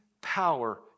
power